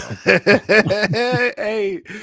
Hey